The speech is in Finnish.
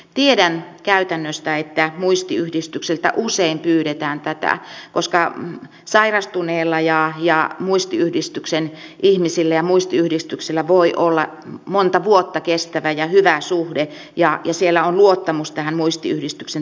tiedän käytännöstä että muistiyhdistykseltä usein pyydetään tätä koska sairastuneella ja muistiyhdistyksen ihmisillä ja muistiyhdistyksellä voi olla monta vuotta kestävä ja hyvä suhde ja on luottamus tähän muistiyhdistyksen toimintaan